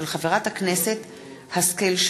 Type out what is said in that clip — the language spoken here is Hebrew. מאת חברי הכנסת זהבה גלאון,